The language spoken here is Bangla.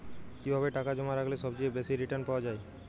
কিভাবে টাকা জমা রাখলে সবচেয়ে বেশি রির্টান পাওয়া য়ায়?